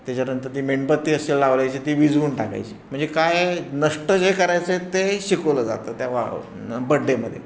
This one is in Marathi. त्याच्यानंतर ती मेणबत्ती असेल लावल्याची ती विझवून टाकायची म्हणजे काय नष्ट जे करायचं आहे ते शिकवलं जातं त्या वा बड्डेमध्ये